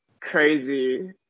crazy